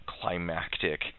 climactic